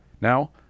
Now